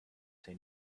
say